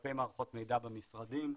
אגפי מערכות מידע במשרדים,